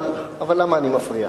אבל למה אני מפריע?